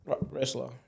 wrestler